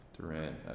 Durant